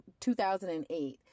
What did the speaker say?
2008